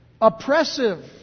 Oppressive